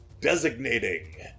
Designating